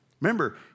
Remember